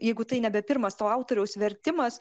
jeigu tai nebe pirmas to autoriaus vertimas